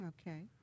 Okay